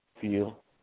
feel